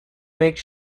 make